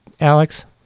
Alex